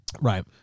Right